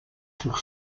sur